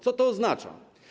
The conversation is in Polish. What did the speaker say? Co to oznacza?